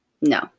No